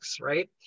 right